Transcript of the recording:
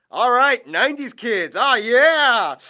alright, ninety s kids. ah yeah!